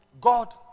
God